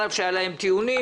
על אף שהיו להם טיעונים.